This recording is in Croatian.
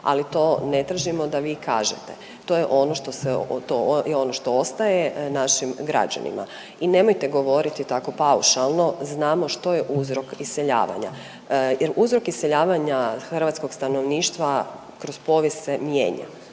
ono što se .../nerazumljivo/... ono što ostaje našim građanima i nemojte govoriti tako paušalno, znamo što je uzrok iseljavanja jer uzrok iseljavanja hrvatskog stanovništva kroz povijest se mijenja